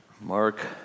Mark